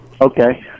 Okay